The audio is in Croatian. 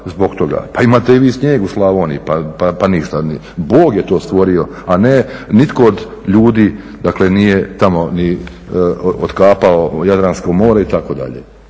pa imate i vi snijeg u Slavoniji pa ništa, Bog je to stvorio a ne nitko od ljudi dakle nije tamo ni otkapao Jadransko more itd..